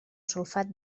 sulfat